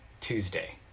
tuesday